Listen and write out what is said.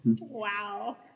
Wow